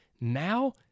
now